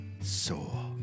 soul